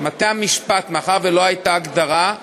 בתי-המשפט, מאחר שלא הייתה הגדרה,